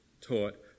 taught